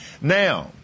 Now